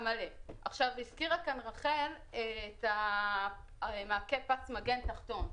הזכירה כאן רחל את המעקה פס מגן תחתון.